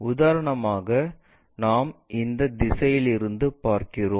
உதாரணமாக நாங்கள் இந்த திசையிலிருந்து பார்க்கிறோம்